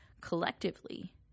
collectively